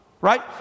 Right